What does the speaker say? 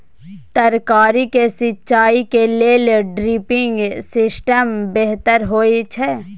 तरकारी के सिंचाई के लेल ड्रिपिंग सिस्टम बेहतर होए छै?